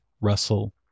Russell